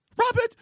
Robert